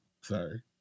Sorry